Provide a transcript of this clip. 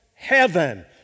heaven